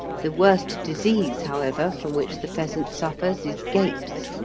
the worst disease, however, from which the pheasant suffers is gapes,